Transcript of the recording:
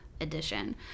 edition